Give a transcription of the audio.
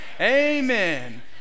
Amen